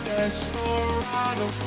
Desperado